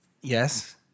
Yes